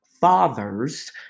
fathers